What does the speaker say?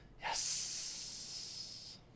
Yes